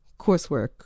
coursework